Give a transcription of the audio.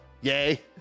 yay